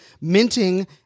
minting